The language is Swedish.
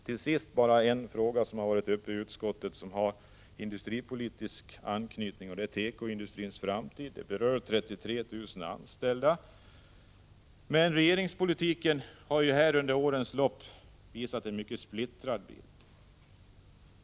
Till sist vill jag bara ta upp en fråga som varit uppe i utskottet och som har industripolitisk anknytning. Det gäller tekoindustrins framtid, och den berör 33 000 anställda. Regeringspolitiken har under årens lopp visat en mycket splittrad bild.